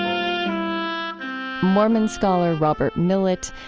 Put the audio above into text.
um mormon scholar robert millet.